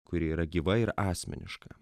kuri yra gyva ir asmeniška